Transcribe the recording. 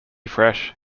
fresh